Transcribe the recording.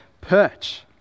perch